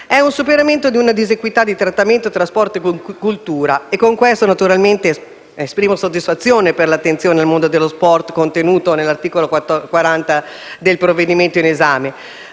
del superamento di una disequità di trattamento tra sport e cultura. Con questo, naturalmente, esprimo soddisfazione per l'attenzione al mondo dello sport contenuta nell'articolo 40 del provvedimento in esame,